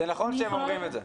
זה נכון שהם אומרים את זה.